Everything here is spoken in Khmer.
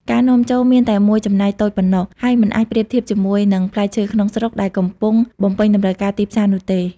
ការនាំចូលមានតែមួយចំណែកតូចប៉ុណ្ណោះ ហើយមិនអាចប្រៀបធៀបជាមួយនឹងផ្លែឈើក្នុងស្រុកដែលកំពុងបំពេញតម្រូវការទីផ្សារនោះទេ។